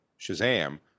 Shazam